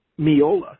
Miola